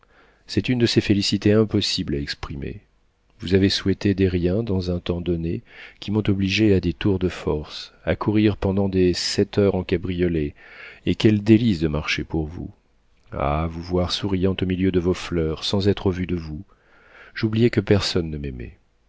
c'est une de ces félicités impossibles à exprimer vous avez souhaité des riens dans un temps donné qui m'ont obligé à des tours de force à courir pendant des sept heures en cabriolet et quelles délices de marcher pour vous a vous voir souriante au milieu de vos fleurs sans être vu de vous j'oubliais que personne ne m'aimait